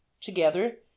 together